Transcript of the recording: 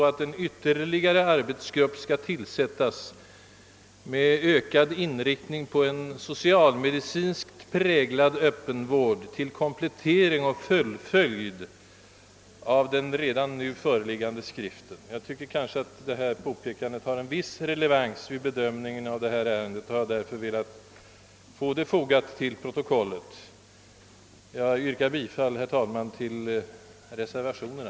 tillsättas ytterligare en arbetsgrupp med — såvitt jag är rätt informerad — speciell inriktning på en mera socialmedicinskt präglad öppenvård till komplettering och fullföljd av den redan nu föreliggande skriften. Jag tycker att detta påpekande har en viss relevans vid bedömningen av detta ärende och har därför velat få det fogat till protokollet. Herr talman! Jag yrkar bifall till reservationerna.